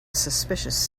suspicious